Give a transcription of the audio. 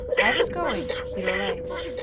i was going he relates,